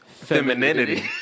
femininity